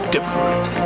Different